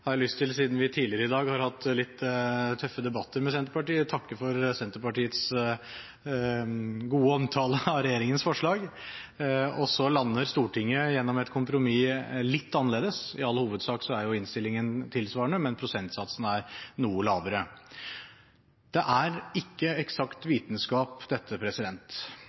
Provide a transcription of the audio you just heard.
har jeg lyst til, siden vi tidligere i dag har hatt litt tøffe debatter med Senterpartiet, å takke for Senterpartiets gode omtale av regjeringens forslag. Og så lander Stortinget, gjennom et kompromiss, litt annerledes. I all hovedsak er innstillingen tilsvarende, men prosentsatsen er noe lavere. Dette er ikke eksakt vitenskap,